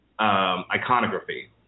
iconography